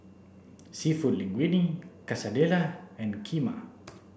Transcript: Seafood Linguine Quesadillas and Kheema